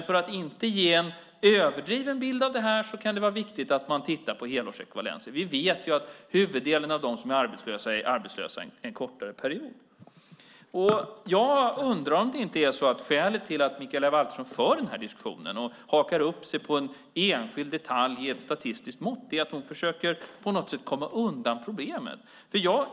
För att inte ge en överdriven bild av detta kan det vara viktigt att titta på helårsekvivalenser. Vi vet att huvuddelen av dem som är arbetslösa är arbetslösa en kortare period. Jag undrar om inte skälet till att Mikaela Valtersson för den här diskussionen och hakar upp sig på en enskild detalj i ett statistiskt mått är att hon försöker komma undan problemet.